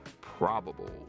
probable